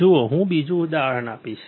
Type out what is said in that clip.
જુઓ હું બીજું ઉદાહરણ આપીશ